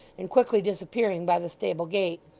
and quickly disappearing by the stable gate.